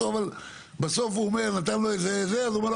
בסוף הוא אמר לו זה וזה,